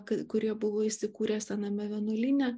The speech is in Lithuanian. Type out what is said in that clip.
kurie buvo įsikūrę sename vienuolyne